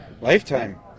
Lifetime